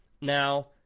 Now